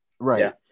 Right